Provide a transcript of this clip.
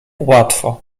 łatwo